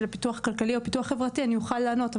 פיתוח כלכלי או פיתוח חברתי ואני אוכל לענות.